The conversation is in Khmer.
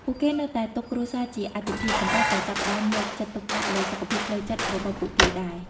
ពួកគេនៅតែទុកគ្រួសារជាអាទិភាព ប៉ុន្តែក៏ចាប់ផ្ដើមយកចិត្តទុកដាក់លើសុខភាពផ្លូវចិត្តរបស់ពួកគេដែរ។